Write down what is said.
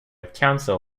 council